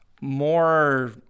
more